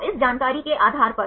तो इस जानकारी के आधार पर